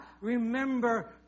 remember